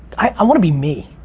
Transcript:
um wanna be me.